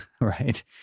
right